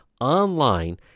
online